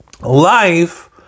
Life